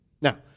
Now